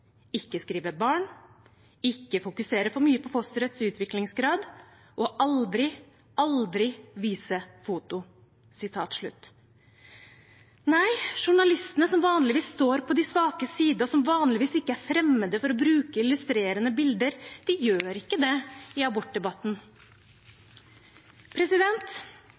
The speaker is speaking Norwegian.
Ikke skrive «barn». Ikke fokusere for mye på fosterets utviklingsgrad. Og aldri, aldri vise foto.» Nei, journalistene som vanligvis står på de svakes side og som vanligvis ikke er fremmede for å bruke illustrerende bilder, gjør ikke det i abortdebatten.